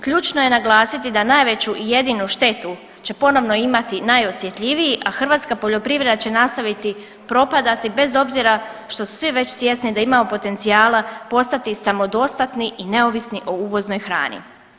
Ključno je naglasiti da najveću i jedinu štetu će ponovno imati najosjetljiviji, a hrvatska poljoprivreda će nastaviti propadati bez obzira što su svi već svjesni da imamo potencijala postati samodostatni i neovisni o uvoznoj hrani.